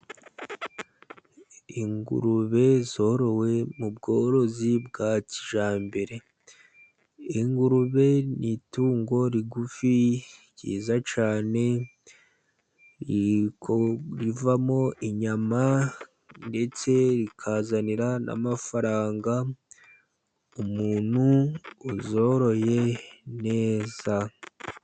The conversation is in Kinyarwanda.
Ingurube zorowe mu bworozi bwa kijyambere. Ingurube ni itungo rigufi ryiza cyane rivamo inyama ndetse rikazanira n'amafaranga umuntu uzoroye neza.